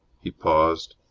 he paused.